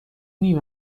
نیم